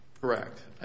Correct